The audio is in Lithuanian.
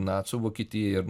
nacių vokietija ir